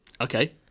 okay